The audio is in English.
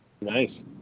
Nice